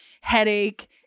headache